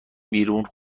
بیرون